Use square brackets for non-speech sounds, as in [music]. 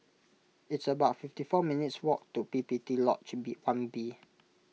it's about fifty four minutes' walk to P P T Lodge [unintelligible] one B